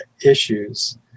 issues